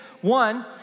One